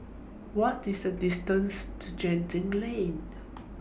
What IS The distance to Genting Lane